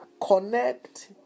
connect